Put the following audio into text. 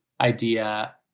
idea